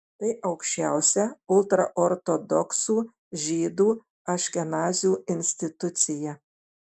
tai aukščiausia ultraortodoksų žydų aškenazių institucija